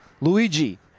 Luigi